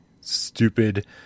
Stupid